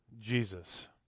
Jesus